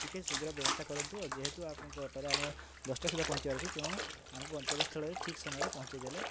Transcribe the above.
ଟିକେ ଶୀଘ୍ର ବ୍ୟବସ୍ଥା କରନ୍ତୁ ଆଉ ଯେହେତୁ ଆପଣଙ୍କ ଅଟୋରେ ଆମେ ଦଶଟା ସୁଦ୍ଧା ପହଞ୍ଚିବାର ଅଛି ତେଣୁ ଆମକୁ ଗନ୍ତବ୍ୟସ୍ଥଳରେ ଠିକ୍ ସମୟରେ ପହଞ୍ଚେଇଦେଲେ